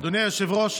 אדוני היושב-ראש,